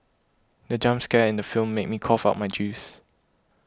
the jump scare in the film made me cough out my juice